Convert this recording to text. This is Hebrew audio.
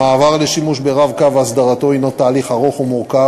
המעבר לשימוש ב"רב-קו" והסדרתו הנו תהליך ארוך ומורכב,